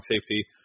safety